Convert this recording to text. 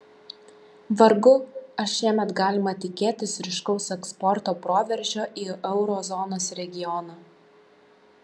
vargu ar šiemet galima tikėtis ryškaus eksporto proveržio į euro zonos regioną